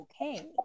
okay